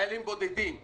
חיילים בודדים,